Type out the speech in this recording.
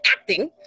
acting